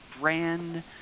brand